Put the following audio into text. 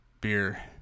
beer